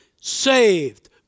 Saved